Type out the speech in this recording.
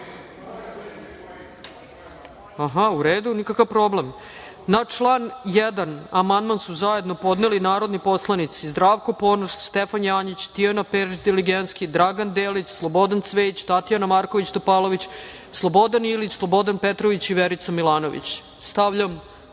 koji.)Nikakav problem. Na član 1. amandman su zajedno podneli narodni poslanici Zdravko Ponoš, Stefan Janjić, Tijana Perić Deligenski, Dragan Delić, Slobodan Cvejić, Tatjana Marković Topalović, Slobodan Ilić, Slobodan Petrović i Verica Milanović. Stavljam